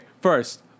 first